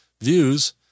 views